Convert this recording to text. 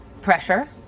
pressure